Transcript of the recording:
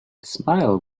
smile